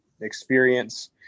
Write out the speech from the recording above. experience